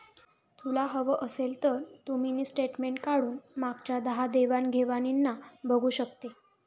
तुला हवं असेल तर तू मिनी स्टेटमेंट काढून मागच्या दहा देवाण घेवाणीना बघू शकते